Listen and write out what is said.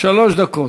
שלוש דקות.